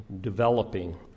developing